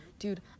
Dude